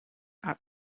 are